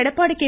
Edappadi K